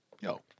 yo